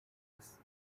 this